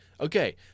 Okay